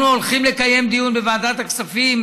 אנחנו הולכים לקיים דיון בוועדת הכספים,